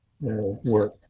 work